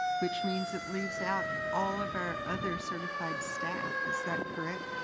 which means it leaves out all of our other certified staff. is that correct?